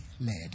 Led